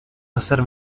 hacer